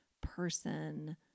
person